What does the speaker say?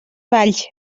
valls